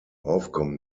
aufkommen